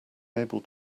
able